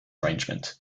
arrangement